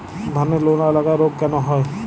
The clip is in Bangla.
ধানের লোনা লাগা রোগ কেন হয়?